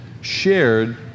shared